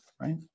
right